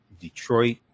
Detroit